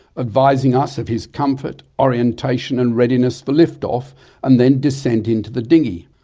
advising us of his comfort, orientation and readiness for lift off and then descent into the dinghy.